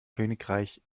königreich